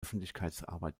öffentlichkeitsarbeit